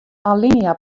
alinea